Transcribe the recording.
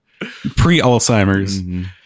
pre-Alzheimer's